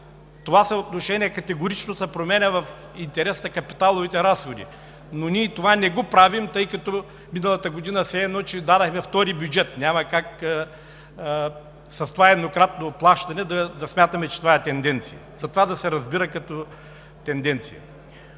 това съотношение категорично се променя в интерес на капиталовите разходи. Ние не правим това, тъй като миналата година все едно, че дадохме втори бюджет. Няма как с това еднократно плащане да смятаме, че това е тенденция. По отношение на ротацията